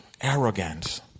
arrogance